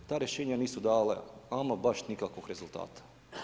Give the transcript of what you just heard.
Ta rješenja nisu dala ama baš nikakvog rezultata.